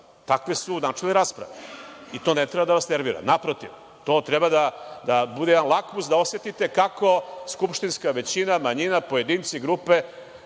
Takve su načelne rasprave i to ne treba da vas nervira. Naprotiv, to treba da bude jedan lakmus, da osetite kako skupštinska većina, manjina, pojedinci, grupe,